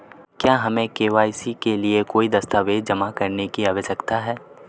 क्या हमें के.वाई.सी के लिए कोई दस्तावेज़ जमा करने की आवश्यकता है?